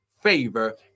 favor